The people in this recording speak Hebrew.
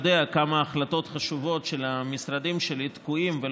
יודע כמה החלטות חשובות של המשרדים שלי תקועות ולא